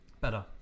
better